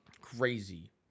crazy